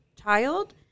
child